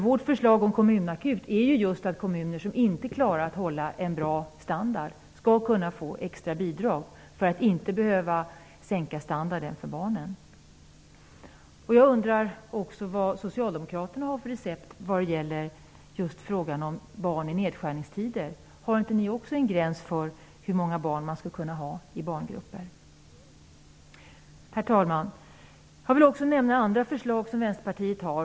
Vårt förslag om en kommunakut innebär just att kommuner som inte klarar av att hålla en bra standard skall kunna få extra bidrag för att inte behöva sänka standarden för barnen. Jag undrar också vad Socialdemokraterna har för recept för att förbättra situationen för barnen i nedskärningstider. Har inte också ni en gräns för hur många barn man skall kunna ha i barngrupper? Herr talman! Jag vill också nämna en del andra förslag som Vänsterpartiet har lagt fram.